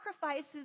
sacrifices